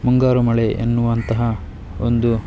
ಮುಂಗಾರುಮಳೆ ಎನ್ನುವಂತಹ ಒಂದು